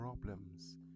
problems